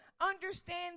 Understand